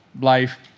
life